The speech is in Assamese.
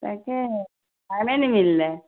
তাকে নিমিলিলে